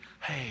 Hey